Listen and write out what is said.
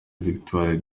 victoire